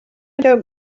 don’t